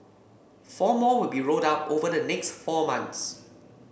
four more will be rolled out over the next four months